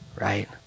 right